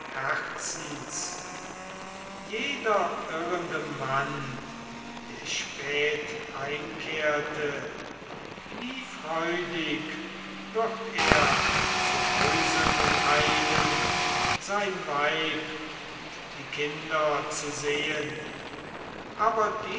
herzens jeder irrende mann der spät heimkehrte wie freudig würd er zu hause nun eilen sein weib und die kinder zu sehen aber